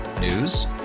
News